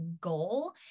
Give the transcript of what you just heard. goal